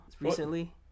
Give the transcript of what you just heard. recently